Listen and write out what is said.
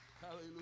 Hallelujah